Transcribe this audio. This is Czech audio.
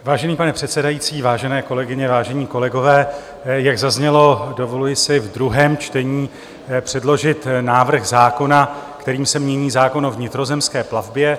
Vážený pane předsedající, vážené kolegyně, vážení kolegové, jak zaznělo, dovoluji si v druhém čtení předložit návrh zákona, kterým se mění zákon o vnitrozemské plavbě.